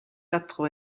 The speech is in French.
quatre